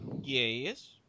Yes